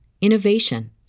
innovation